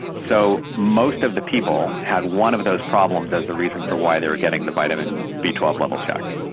so most of the people had one of those problems as the reason for why they were getting the vitamin b one two um level checked.